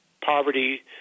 poverty